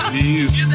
Please